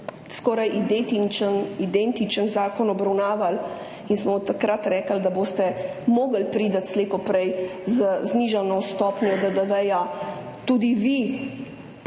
skoraj identičen zakon in smo takrat rekli, da boste mogli priti slej ko prej z znižano stopnjo DDV tudi vi